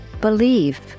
believe